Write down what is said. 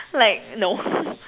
like no